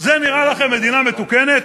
זה נראה לכם מדינה מתוקנת?